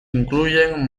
incluyen